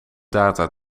data